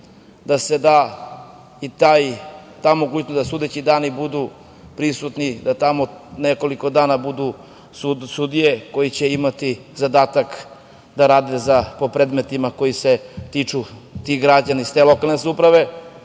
da se da i ta mogućnost da sudeći dani budu prisutni, da tamo nekoliko dana budu sudije koje će imati zadatak da rade po predmetima koji su tiču građana iz te lokalne samouprave. Još